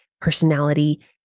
personality